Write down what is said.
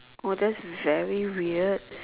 oh that's very weird